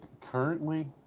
Currently